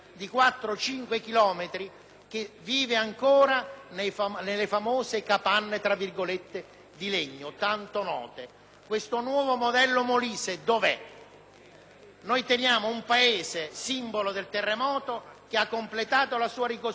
che vive ancora nelle capanne di legno tanto note. Questo nuovo modello Molise dov'è? Abbiamo un paese simbolo del terremoto che ha completato la ricostruzione, ma